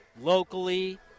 locally